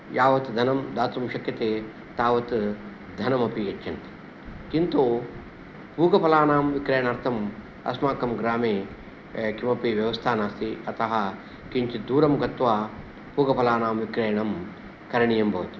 यावत् धनं दातुं शक्यते तावत् धनमपि यच्छन्ति किन्तु पूगफलानां विक्रयणार्थम् अस्माकं ग्रामे किमपि व्यवस्था नास्ति अतः किञ्चित् दूरं गत्वा पूगफलानां विक्रयणं करणीयं भवति